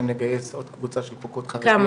לגייס עוד קבוצה של חוקרות חרדיות.